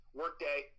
workday